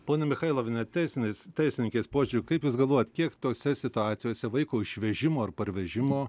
ponia michailoviene teisinės teisininkės požiūriu kaip jūs galvojat kiek tose situacijose vaiko išvežimo ar parvežimo